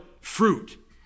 fruit